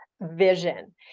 vision